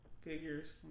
figures